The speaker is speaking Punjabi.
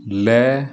ਲੈ